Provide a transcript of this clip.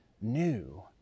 new